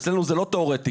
אצלנו זה לא תיאורטיקה,